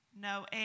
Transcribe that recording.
no